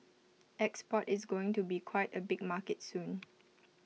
export is going to be quite A big market soon